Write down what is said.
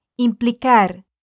Implicar